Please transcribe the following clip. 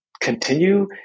continue